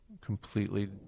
completely